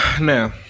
Now